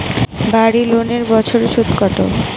বাড়ি লোনের বছরে সুদ কত?